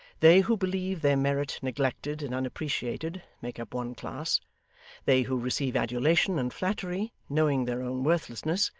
they who believe their merit neglected and unappreciated, make up one class they who receive adulation and flattery, knowing their own worthlessness,